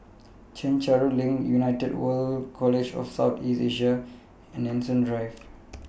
Chencharu LINK United World College of South East Asia and Nanson Drive